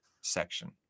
section